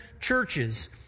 churches